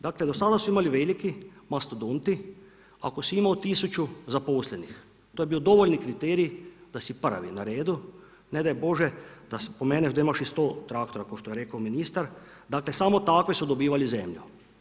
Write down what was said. Dakle, do sada su imali veliki mastodonti, ako si imao 1000 zaposlenih, to je bio dovoljni kriterij da si prvi na redu, ne daj bože da se spomene da imaš i 100 traktora kao što je rekao ministar, dakle samo takvi su dobivali zemlju.